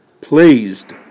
pleased